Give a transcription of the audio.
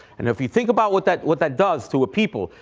and if you think about what that what that does to a people,